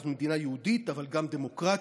אנחנו מדינה יהודית אבל גם דמוקרטית,